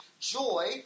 Joy